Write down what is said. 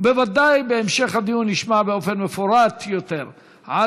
ובוודאי בהמשך הדיון נשמע באופן מפורט יותר על